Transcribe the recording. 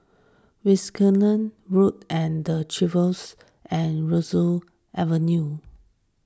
Wilkinson Road the Chevrons and Aroozoo Avenue